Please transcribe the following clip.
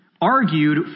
argued